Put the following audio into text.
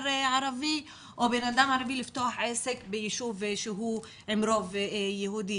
ערבי או בן ערבי לפתוח עסק ביישוב שהוא עם רוב יהודי.